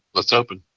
let's open.